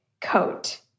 coat